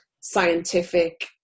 scientific